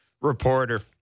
reporter